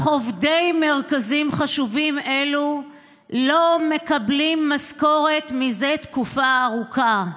אך עובדי מרכזים חשובים אלו לא מקבלים משכורת זה תקופה ארוכה.